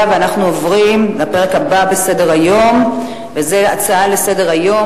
אנחנו עוברים לנושא הבא שעל סדר-היום: הכרה